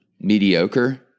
mediocre